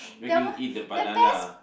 make you eat the banana